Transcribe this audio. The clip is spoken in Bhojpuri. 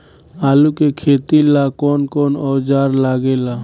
आलू के खेती ला कौन कौन औजार लागे ला?